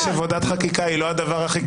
שעבודת חקיקה היא לא הדבר הכי קשה כאן.